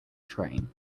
train